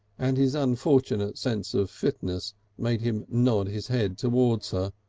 and his unfortunate sense of fitness made him nod his head towards her,